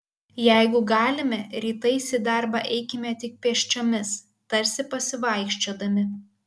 jeigu galime rytais į darbą eikime tik pėsčiomis tarsi pasivaikščiodami